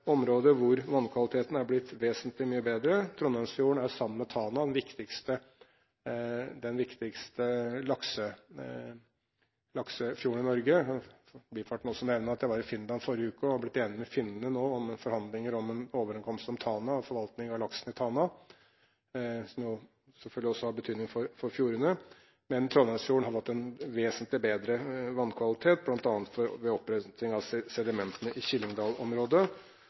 områder hvor vannkvaliteten er blitt vesentlig mye bedre. Trondheimsfjorden er, sammen med Tanafjorden, den viktigste laksefjorden i Norge. Jeg vil i forbifarten også nevne at jeg var i Finland i forrige uke og nå er blitt enig med finnene om forhandlinger om en overenskomst om Tana og en forvaltning av laksen i Tana. Dette har selvfølgelig også betydning for fjordene. Men Trondheimsfjorden har fått en vesentlig bedre vannkvalitet, bl.a. ved opprydding av sedimentene i